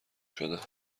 شدم